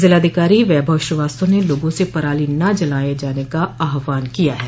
ज़िलाधिकारी वैभव श्रीवास्तव ने लोगों से पराली न जलाने का आहवान किया है